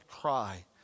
cry